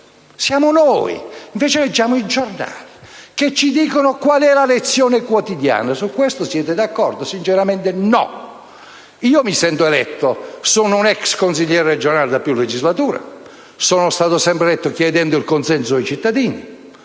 Siamo noi. Al contrario, leggiamo i giornali che ci fanno la lezione quotidiana. Su questo siete d'accordo? Sinceramente no. Mi sento eletto. Sono un ex consigliere regionale da più legislature. Sono stato sempre eletto chiedendo il consenso ai cittadini,